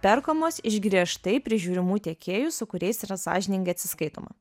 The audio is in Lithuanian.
perkamos iš griežtai prižiūrimų tiekėjų su kuriais yra sąžiningai atsiskaitoma